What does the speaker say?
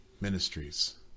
ministries